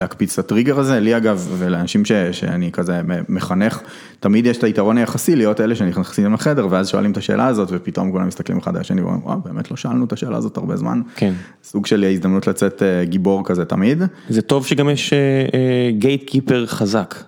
להקפיץ את הטריגר הזה, לי אגב ולאנשים שאני כזה מחנך תמיד יש את היתרון היחסי להיות אלה שנכנסים לחדר ואז שואלים את השאלה הזאת ופתאום כולם מסתכלים אחד על השני ואומרים אה באמת לא שאלנו את השאלה הזאת הרבה זמן, כן. סוג של הזדמנות לצאת גיבור כזה תמיד. זה טוב שגם יש gate keeper חזק.